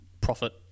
profit